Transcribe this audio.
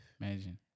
Imagine